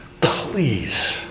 please